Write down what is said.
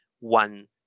one